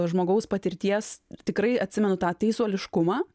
žmogaus patirties tikrai atsimenu tą teisuoliškumą